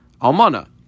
almana